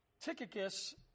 Tychicus